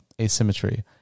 asymmetry